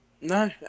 No